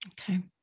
Okay